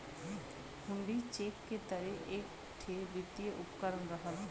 हुण्डी cheque के तरे एक ठे वित्तीय उपकरण रहल